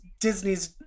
Disney's